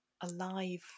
alive